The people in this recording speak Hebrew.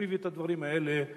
אני מביא את הדברים האלה לענייננו,